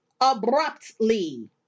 abruptly